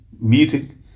meeting